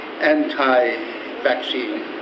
anti-vaccine